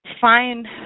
Find